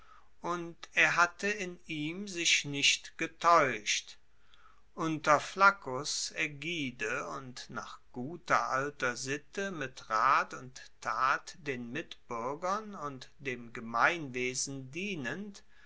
und er hatte in ihm sich nicht getaeuscht unter flaccus aegide und nach guter alter sitte mit rat und tat den mitbuergern und dem gemeinwesen dienend